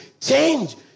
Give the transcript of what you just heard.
Change